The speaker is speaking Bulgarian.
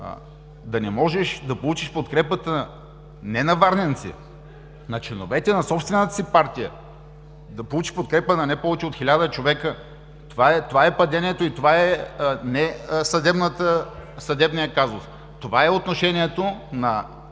Да не можеш да получиш подкрепата не на варненци, на членовете на собствената си партия, да получиш подкрепа на не повече от хиляда човека, това е падението и не това е съдебният казус. Това е отношението на